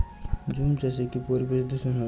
ঝুম চাষে কি পরিবেশ দূষন হয়?